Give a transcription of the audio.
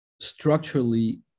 structurally